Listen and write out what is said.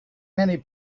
many